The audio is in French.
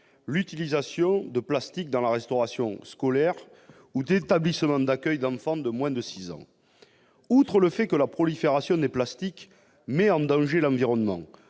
l'utilisation de plastique dans la restauration scolaire ou dans les établissements d'accueil d'enfants de moins de six ans. Outre que la prolifération des plastiques met en danger l'environnement,